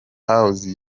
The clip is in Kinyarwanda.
house